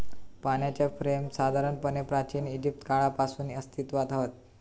पाणीच्या फ्रेम साधारणपणे प्राचिन इजिप्त काळापासून अस्तित्त्वात हत